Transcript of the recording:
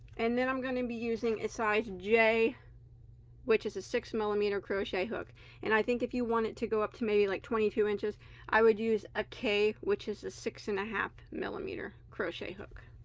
and then i'm gonna be using a size j which is a six millimeter crochet hook and i think if you want it to go up to maybe like twenty two inches i would use a k which is a six and a half millimeter crochet hook